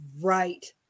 Right